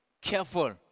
careful